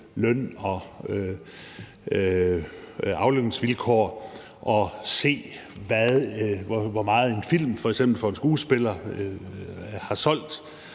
aftale aflønningsvilkår, at se, hvor meget en film f.eks. for en skuespiller har solgt